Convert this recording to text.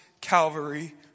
Calvary